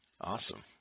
Awesome